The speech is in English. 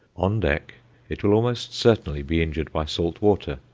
on deck it will almost certainly be injured by salt water.